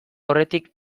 aurretik